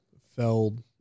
Feld